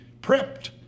prepped